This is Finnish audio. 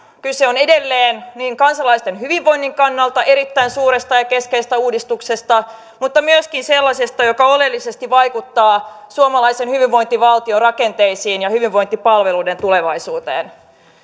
kyse on edelleen kansalaisten hyvinvoinnin kannalta erittäin suuresta ja keskeisestä uudistuksesta mutta myöskin sellaisesta joka oleellisesti vaikuttaa suomalaisen hyvinvointivaltion rakenteisiin ja hyvinvointipalveluiden tulevaisuuteen